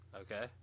Okay